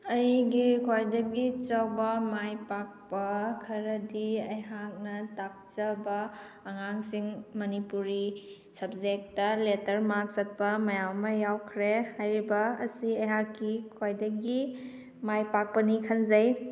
ꯑꯩꯒꯤ ꯈ꯭ꯋꯥꯏꯗꯒꯤ ꯆꯥꯎꯕ ꯃꯥꯏꯄꯥꯛꯄ ꯈꯔꯗꯤ ꯑꯩꯍꯥꯛꯅ ꯇꯥꯛꯆꯕ ꯑꯉꯥꯡꯁꯤꯡ ꯃꯅꯤꯄꯨꯔꯤ ꯁꯕꯖꯦꯛꯇ ꯂꯦꯇꯔ ꯃꯥꯔꯛ ꯆꯠꯄ ꯃꯌꯥꯝ ꯑꯃ ꯌꯥꯎꯈ꯭ꯔꯦ ꯍꯥꯏꯔꯤꯕ ꯑꯁꯤ ꯑꯩꯍꯥꯛꯀꯤ ꯈ꯭ꯋꯥꯏꯗꯒꯤ ꯃꯥꯏꯄꯥꯛꯄꯅꯤ ꯈꯟꯖꯩ